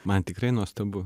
man tikrai nuostabu